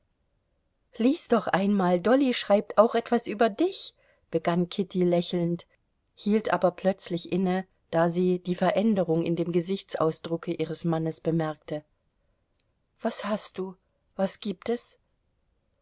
lies doch einmal dolly schreibt auch etwas über dich begann kitty lächelnd hielt aber plötzlich inne da sie die veränderung in dem gesichtsausdrucke ihres mannes bemerkte was hast du was gibt es